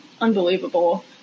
unbelievable